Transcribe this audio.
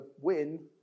win